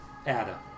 Ada